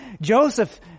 joseph